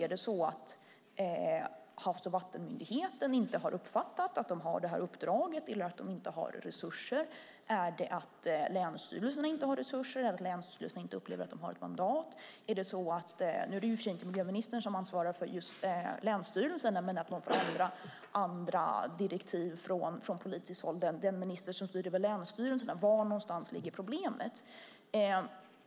Är det så att Havs och vattenmyndigheten inte har uppfattat att de har det här uppdraget eller att de inte har resurser? Är det att länsstyrelserna inte har resurser eller att de upplever att de inte har ett mandat? Nu är det i och för sig inte miljöministern som ansvarar för länsstyrelserna, som får andra direktiv från den minister som styr över länsstyrelserna. Var ligger problemet?